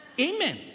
Amen